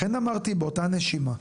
לכן אמרתי באותה נשימה,